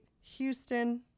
Houston